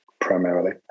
primarily